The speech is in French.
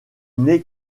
n’est